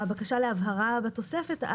הבקשה להבהרה בתוספת,